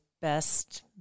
best